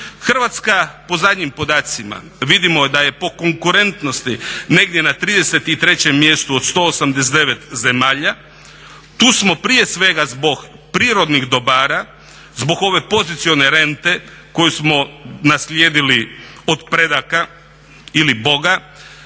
Hrvatska po zadnjim podacima vidimo da je po konkurentnosti negdje na 33 mjestu od 189 zemalja. Tu smo prije svega zbog prirodnih dobara, zbog ove pozicione rente koju smo naslijedili od predaka ili boga,